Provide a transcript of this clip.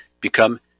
become